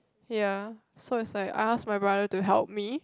ya so it's like I ask my brother to help me